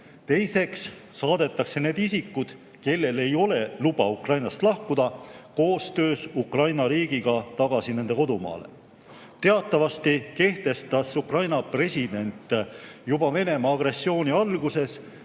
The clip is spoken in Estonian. Teiseks saadetakse need isikud, kellel ei ole luba Ukrainast lahkuda, koostöös Ukraina riigiga tagasi nende kodumaale. Teatavasti kehtestas Ukraina president juba Venemaa agressiooni alguses